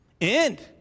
End